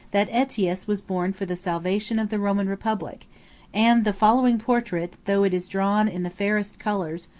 that aetius was born for the salvation of the roman republic and the following portrait, though it is drawn in the fairest colors,